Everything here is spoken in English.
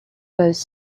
boss